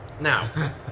Now